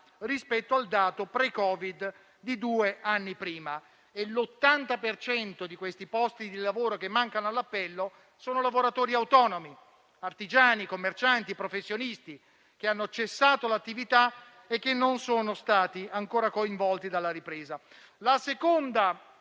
rispetto al dato pre-Covid di due anni prima, e l'80 per cento di questi posti di lavoro che mancano all'appello sono lavoratori autonomi, artigiani, commercianti, professionisti che hanno cessato l'attività e che non sono stati ancora coinvolti dalla ripresa. La seconda